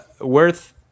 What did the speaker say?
worth